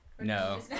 No